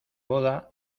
boda